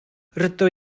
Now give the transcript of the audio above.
rydw